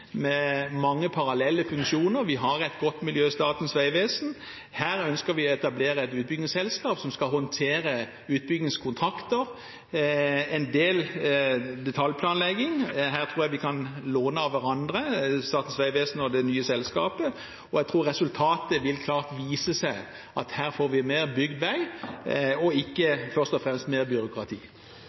med mange parallelle funksjoner. Vi har et godt miljø i Statens vegvesen. Her ønsker vi å etablere et utbyggingsselskap som skal håndtere utbyggingskontrakter og en del detaljplanlegging. Her tror jeg vi kan låne av hverandre – Statens vegvesen og det nye selskapet – og jeg tror resultatet klart vil vise at her får vi mer bygd vei og ikke først og fremst mer byråkrati.